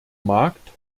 markt